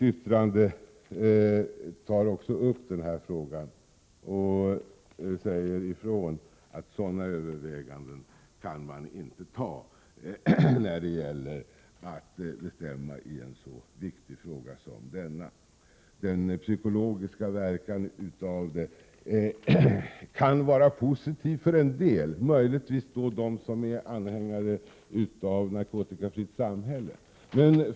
LO tar upp denna fråga i sitt yttrande och säger ifrån att man inte kan göra sådana överväganden när man skall bestämma i en så viktig fråga. Det kan få positiva psykologiska verkningar för en del, t.ex. för dem som är anhängare av Riksförbundet Narkotikafritt samhälle.